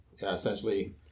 Essentially